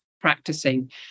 practicing